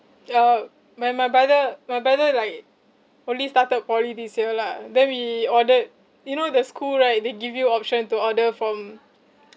uh my my brother my brother like only started poly this year lah then we ordered you know the school right they give you option to order from